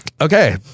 Okay